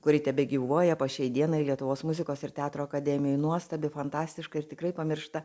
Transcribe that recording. kuri tebegyvuoja po šiai dienai lietuvos muzikos ir teatro akademijoj nuostabi fantastiška ir tikrai pamiršta